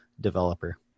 developer